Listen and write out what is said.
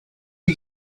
you